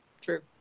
True